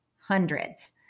hundreds